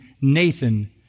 Nathan –